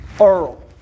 Earl